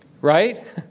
Right